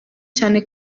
cyane